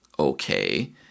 Okay